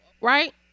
right